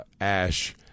ash